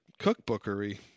cookbookery